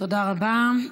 תודה רבה.